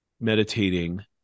meditating